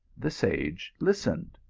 the sage listened.